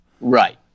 right